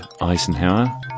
Eisenhower